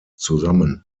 zusammen